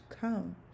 come